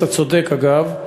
אתה צודק, אגב.